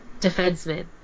defenseman